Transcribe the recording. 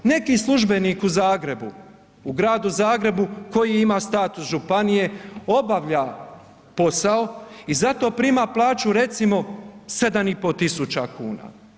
Neki službenik u Zagrebu u gradu Zagrebu koji ima status županije obavlja postao i za to prima plaću recimo 7,5 tisuća kuna.